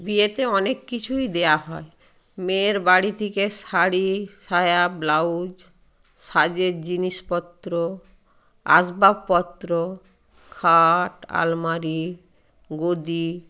বিয়েতে অনেক কিছুই দেওয়া হয় মেয়ের বাড়ি থেকে শাড়ি শায়া ব্লাউজ সাজের জিনিসপত্র আসবাবপত্র খাট আলমারি গদি